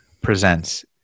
presents